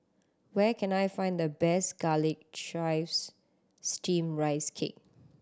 where can I find the best Garlic Chives Steamed Rice Cake